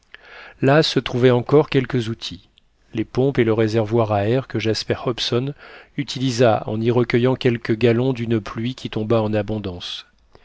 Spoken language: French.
là se trouvaient encore quelques outils les pompes et le réservoir à air que jasper hobson utilisa en y recueillant quelques gallons d'une pluie qui tomba en abondance